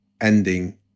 ending